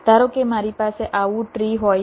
ધારો કે મારી પાસે આવું ટ્રી હોય તો